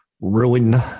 ruin